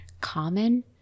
common